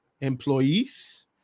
employees